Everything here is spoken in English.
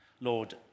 Lord